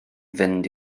fynd